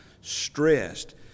stressed